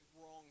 wrong